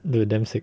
dude damn sick